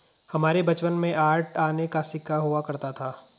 हमारे बचपन में आठ आने का सिक्का हुआ करता था